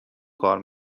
کار